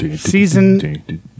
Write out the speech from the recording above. Season